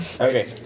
Okay